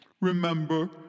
Remember